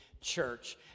church